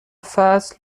فصل